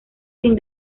sin